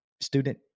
student